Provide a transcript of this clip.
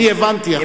הבנתי,